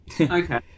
Okay